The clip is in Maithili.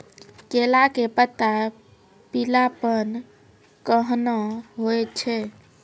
केला के पत्ता पीलापन कहना हो छै?